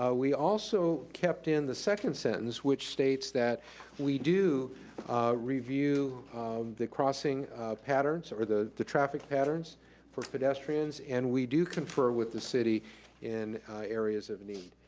ah we also kept in the second sentence, which states that we do review the crossing patterns, or the the traffic patterns for pedestrians, and we do confer with city in areas of need.